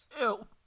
Ew